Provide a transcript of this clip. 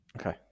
Okay